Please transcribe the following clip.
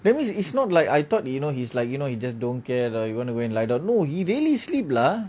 that means it's not like I thought you know he's like you know you just don't care lah you want to go and lie down no he really sleep lah